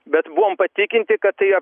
bet buvom patikinti kad tai